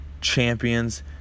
champions